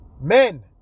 Men